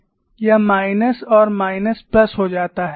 यह माइनस और minus plus हो जाता है